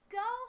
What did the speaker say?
go